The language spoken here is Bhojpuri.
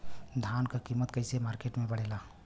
धान क कीमत कईसे मार्केट में बड़ेला?